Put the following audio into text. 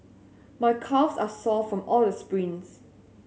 my calves are sore from all the sprints